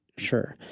sure.